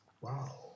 Wow